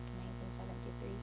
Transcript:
1973